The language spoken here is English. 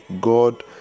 God